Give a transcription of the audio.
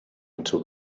until